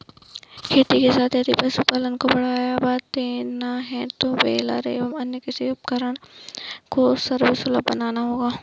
खेती के साथ यदि पशुपालन को बढ़ावा देना है तो बेलर एवं अन्य कृषि उपकरण को सर्वसुलभ बनाना होगा